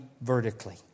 vertically